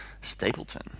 Stapleton